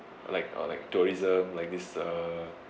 or like or like tourism like this uh